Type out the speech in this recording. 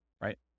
right